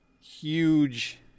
huge